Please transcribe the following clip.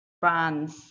brands